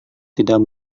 tidak